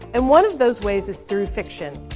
and one of those ways is through fiction.